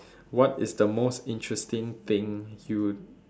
what is the most interesting thing you